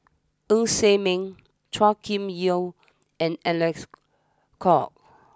Ng Ser Miang Chua Kim Yeow and Alec Kuok